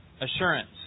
assurance